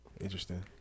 interesting